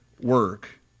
work